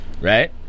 Right